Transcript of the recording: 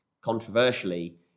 controversially